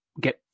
get